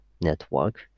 network